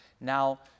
Now